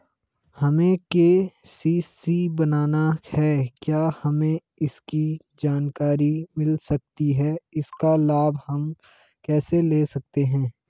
हमें के.सी.सी बनाना है क्या हमें इसकी जानकारी मिल सकती है इसका लाभ हम कैसे ले सकते हैं?